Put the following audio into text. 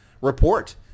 report